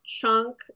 chunk